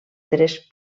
tres